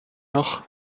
noch